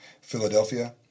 Philadelphia